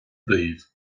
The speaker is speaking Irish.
daoibh